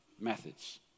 methods